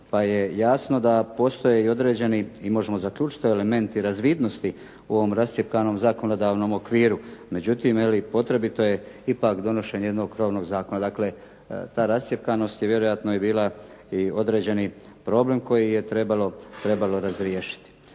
pa je jasno da postoje i određeni i možemo zaključiti elementi razvidnosti u ovom rascjepkanom zakonodavnom okviru. Međutim, je li potrebito je ipak donošenje jednog krovnog zakona. Dakle, ta rascjepkanost je vjerojatno i bila i određeni problem koji je trebalo razriješiti.